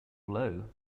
blow